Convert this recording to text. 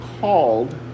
called